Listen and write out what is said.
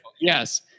yes